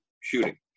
shooting